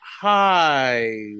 hi